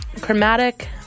Chromatic